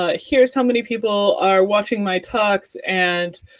ah here's how many people are watching my talks, and,